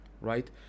Right